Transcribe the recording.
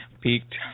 Peaked